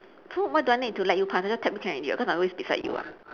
so why do I need to let you pass I just tap you can already [what] cause I always beside you [what]